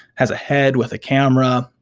has a head with a camera,